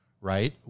right